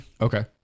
Okay